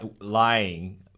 lying